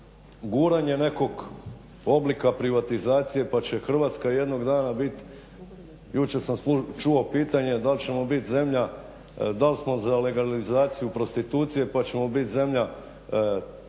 guranje nekog oblika privatizacije pa će Hrvatska jednog dana biti, jučer sam čuo pitanje, dal ćemo bit Zemlja, dal smo za legalizaciju prostitucije pa ćemo bit zemlja takvog